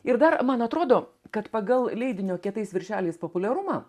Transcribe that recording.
ir dar man atrodo kad pagal leidinio kietais viršeliais populiarumą